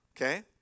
Okay